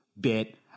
bit